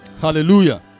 Hallelujah